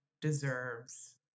deserves